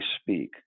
speak